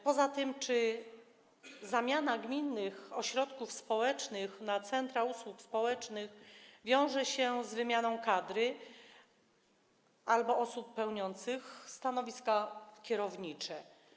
Poza tym czy zamiana gminnych ośrodków społecznych na centra usług społecznych wiąże się z wymianą kadry albo osób pełniących stanowiska kierownicze?